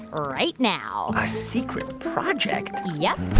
right now a secret project? yep.